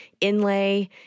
inlay